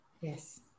Yes